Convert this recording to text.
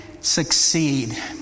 Succeed